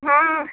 हाँ